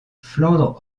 flandre